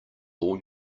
all